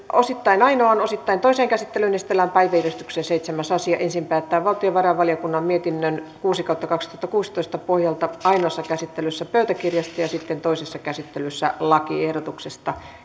osittain ainoaan osittain toiseen käsittelyyn esitellään päiväjärjestyksen seitsemäs asia ensin päätetään valtiovarainvaliokunnan mietinnön kuusi pohjalta ainoassa käsittelyssä pöytäkirjasta ja sitten toisessa käsittelyssä lakiehdotuksesta